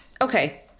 Okay